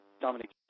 Dominic